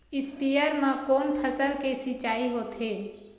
स्पीयर म कोन फसल के सिंचाई होथे?